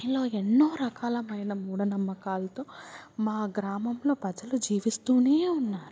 ఇలా ఎన్నో రకాలమైన మూఢనమ్మకాలతో మా గ్రామంలో పజలు జీవిస్తూనే ఉన్నారు